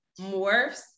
morphs